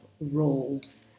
roles